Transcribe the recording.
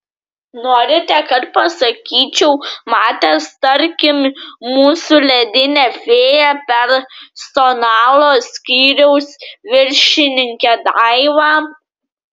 norite kad pasakyčiau matęs tarkim mūsų ledinę fėją personalo skyriaus viršininkę daivą